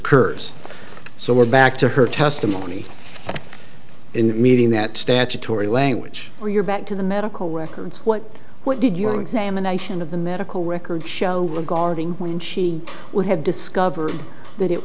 occurs so we're back to her testimony in that meeting that statutory language or you're back to the medical records what what did your examination of the medical records show regarding when she would have discovered that it